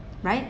right